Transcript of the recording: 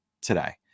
today